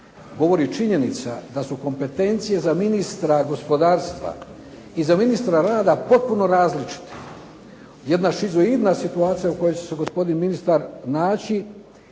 govori činjenica da su kompetencije za ministra gospodarstva i za ministra rada potpuno različite. Jedna šizoidna situacija u kojoj će se gospodin ministar naći